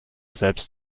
selbst